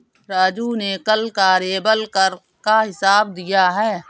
राजू ने कल कार्यबल कर का हिसाब दिया है